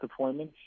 deployments